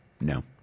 No